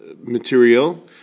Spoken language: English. material